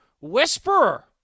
whisperer